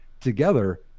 together